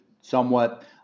somewhat